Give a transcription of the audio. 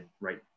right